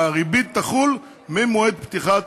והריבית תחול ממועד פתיחת